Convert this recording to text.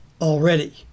already